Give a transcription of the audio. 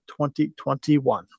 2021